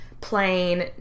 plain